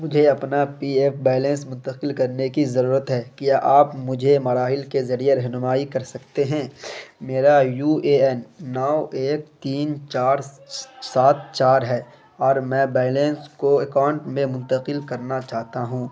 مجھے اپنا P F balance منتقل کرنے کی ضرورت ہے کیا آپ مجھے مراحل کے ذریعے رہنمائی کر سکتے ہیں میرا یو اے این نو ایک تین چار سات چار ہے اور میں بیلنس کو اکاؤنٹ میں منتقل کرنا چاہتا ہوں